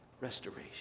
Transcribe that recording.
restoration